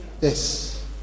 Yes